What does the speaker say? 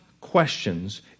questions